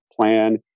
plan